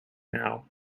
now